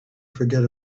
forget